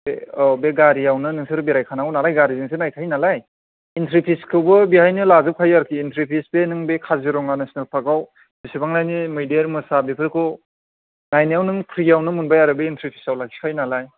बे औ बे गारियावनो नोंसोर बेरायखानांगौ नालाय गारिजोंसो नायखायो नालाय एन्ट्रि फिसखौबो बेहायनो लाजोबखायो आरो एन्ट्रि फिस बे नों काजिर'ङा नेसनेल पार्क आव इसेबांमानि मैदेर मोसा बेफोरखौ नायनायाव नों फ्रियावनो मोनबाय आरो बे एनट्रि फिसआव लाखिखायो नालाय